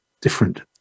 different